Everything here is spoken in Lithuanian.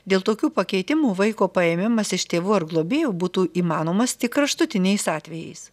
dėl tokių pakeitimų vaiko paėmimas iš tėvų ar globėjų būtų įmanomas tik kraštutiniais atvejais